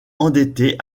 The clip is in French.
endetté